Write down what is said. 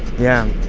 yeah,